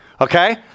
Okay